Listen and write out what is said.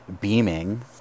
beaming